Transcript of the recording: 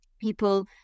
people